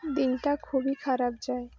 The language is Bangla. দিনটা খুবই খারাপ যায়